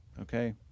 okay